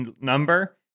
number